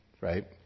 right